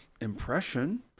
impression